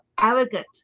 arrogant